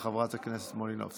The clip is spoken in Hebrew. חבר הכנסת טיבי,